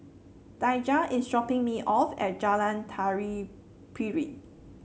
Daija is dropping me off at Jalan Tari Piring